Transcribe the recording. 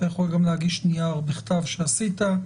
אתה יכול גם להגיש נייר בכתב שעשית,